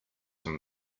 him